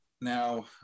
Now